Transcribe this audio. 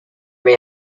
may